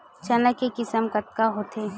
चना के किसम कतका होथे?